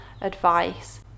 advice